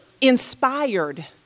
inspired